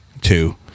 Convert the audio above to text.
two